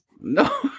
No